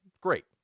Great